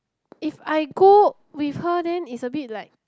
if I go with her then it's a bit like